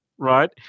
Right